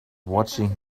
watching